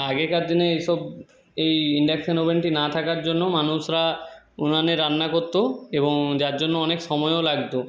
আগেকার দিনে এইসব এই ইনডাকশন ওভেনটি না থাকার জন্য মানুষরা উনানে রান্না করত এবং যার জন্য অনেক সময়ও লাগত